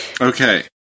Okay